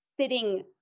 sitting